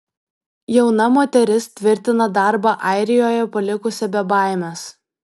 jauna moteris tvirtina darbą airijoje palikusi be baimės